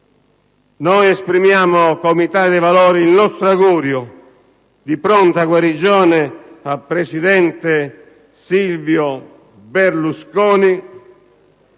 Noi esprimiamo, come Italia dei Valori, il nostro augurio di pronta guarigione al presidente Silvio Berlusconi.